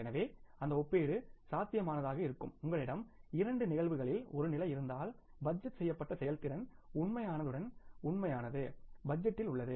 எனவே அந்த ஒப்பீடு சாத்தியமானதாக இருக்கும் உங்களிடம் இரண்டு நிகழ்வுகளில் ஒரே நிலை இருந்தால் பட்ஜெட் செய்யப்பட்ட செயல்திறன் உண்மையானதுடன் உண்மையானது பட்ஜெட்டில் உள்ளது